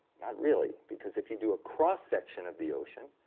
not really. because if you do a cross-section of the ocean,